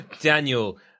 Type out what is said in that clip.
Daniel